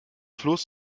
fluss